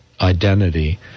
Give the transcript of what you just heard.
identity